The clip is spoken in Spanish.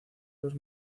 los